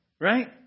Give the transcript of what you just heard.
Right